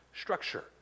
structure